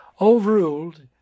overruled